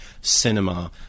cinema